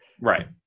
Right